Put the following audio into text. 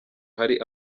hari